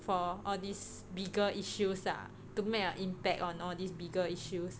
for all these bigger issues ah to make an impact on all these bigger issues